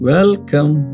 Welcome